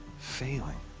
failing.